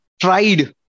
tried